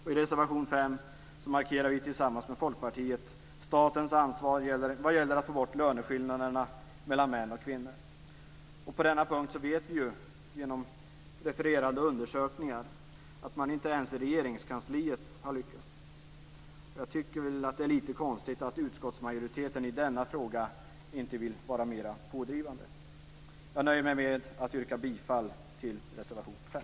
I reservation 5 markerar vi tillsammans med Folkpartiet statens ansvar vad gäller att få bort löneskillnaderna mellan män och kvinnor. På denna punkt vet vi genom refererade undersökningar att man inte ens i Regeringskansliet har lyckats. Jag tycker att det är litet konstigt att utskottsmajoriteten i denna fråga inte vill vara mer pådrivande. Jag nöjer mig med att yrka bifall till reservation 5.